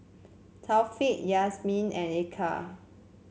Taufik Yasmin and Eka